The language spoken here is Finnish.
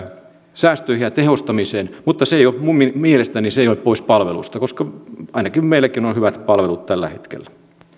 säästöihin ja tehostamiseen mutta minun mielestäni se ei ole pois palveluista koska ainakin meillä on hyvät palvelut tällä hetkellä